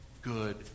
good